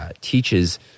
teaches